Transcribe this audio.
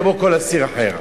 כמו כל אסיר אחר.